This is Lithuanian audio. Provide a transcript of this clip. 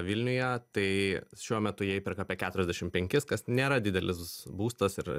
vilniuje tai šiuo metu jei įperka apie keturiasdešimt penkis kas nėra didelis būstas ir